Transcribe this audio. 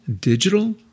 digital